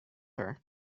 her